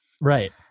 right